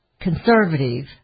Conservative